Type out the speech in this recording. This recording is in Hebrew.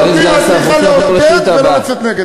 אם את שואלת אותי, את צריכה לעודד, ולא לצאת נגד.